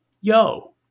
yo